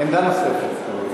עמדה נוספת.